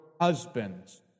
husbands